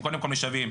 הם קודם כל משוועים,